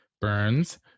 Burns